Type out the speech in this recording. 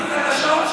נשמח.